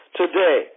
today